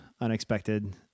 unexpected